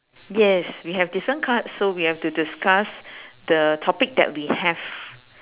yes we have different cards so we have to discuss the topic that we have